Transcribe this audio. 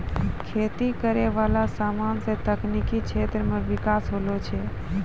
खेती करै वाला समान से तकनीकी क्षेत्र मे बिकास होलो छै